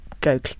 go